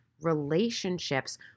relationships